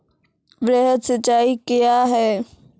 वृहद सिंचाई कया हैं?